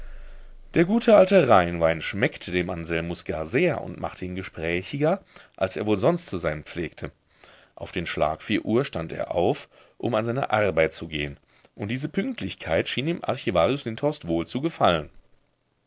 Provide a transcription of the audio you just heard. der gute alte rheinwein schmeckte dem anselmus gar sehr und machte ihn gesprächiger als er wohl sonst zu sein pflegte auf den schlag vier uhr stand er auf um an seine arbeit zu gehen und diese pünktlichkeit schien dem archivarius lindhorst wohl zu gefallen